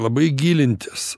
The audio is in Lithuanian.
labai gilintis